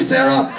Sarah